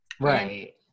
Right